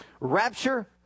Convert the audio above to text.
Rapture